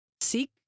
seek